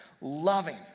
loving